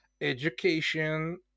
education